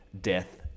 death